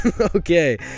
Okay